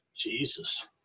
Jesus